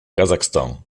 kazakhstan